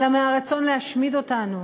אלא מהרצון להשמיד אותנו.